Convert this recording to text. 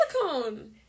silicone